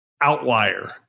outlier